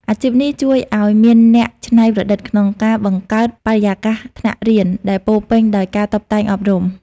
អាជីពនេះជួយឱ្យអ្នកមានភាពច្នៃប្រឌិតក្នុងការបង្កើតបរិយាកាសថ្នាក់រៀនដែលពោរពេញដោយការតុបតែងអប់រំ។